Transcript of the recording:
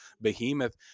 behemoth